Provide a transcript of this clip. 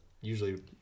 usually